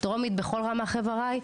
דרומית בכל רמ"ח אבריי,